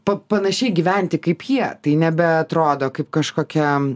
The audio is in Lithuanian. pa panašiai gyventi kaip jie tai nebeatrodo kaip kažkokia